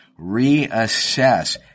reassess